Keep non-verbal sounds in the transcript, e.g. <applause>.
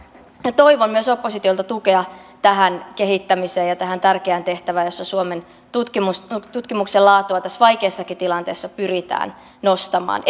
toivon myös oppositiolta tukea tähän kehittämiseen ja tähän tärkeään tehtävään jossa suomen tutkimuksen laatua tässä vaikeassakin tilanteessa pyritään nostamaan <unintelligible>